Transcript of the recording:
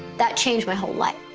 that changed my whole life.